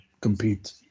compete